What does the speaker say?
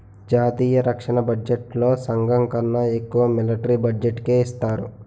జాతీయ రక్షణ బడ్జెట్లో సగంకన్నా ఎక్కువ మిలట్రీ బడ్జెట్టుకే ఇస్తారు